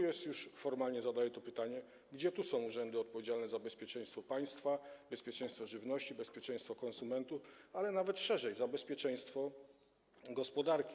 I tu już formalnie zadaję pytanie: Gdzie są urzędy odpowiedzialne za bezpieczeństwo państwa, bezpieczeństwo żywności, bezpieczeństwo konsumentów, a nawet szerzej: za bezpieczeństwo gospodarki?